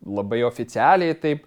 labai oficialiai taip